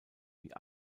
wie